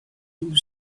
blue